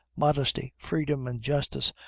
modesty, freedom, and justice,